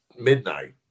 midnight